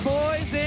boys